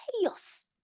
chaos